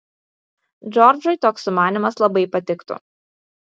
džordžui toks sumanymas labai patiktų